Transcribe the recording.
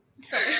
Sorry